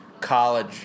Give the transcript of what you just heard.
college